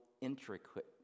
intricate